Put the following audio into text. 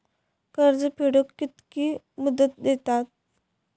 कर्ज फेडूक कित्की मुदत दितात?